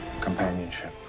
Companionship